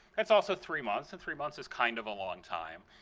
that's also three months and three months is kind of a long time.